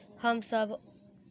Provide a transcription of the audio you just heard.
हम सब ऑनलाइन खाता खोल सके है?